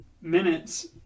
minutes